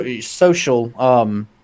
social